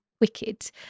wicked